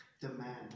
demand